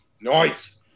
Nice